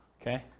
Okay